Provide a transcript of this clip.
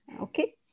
okay